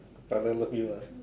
father love you ah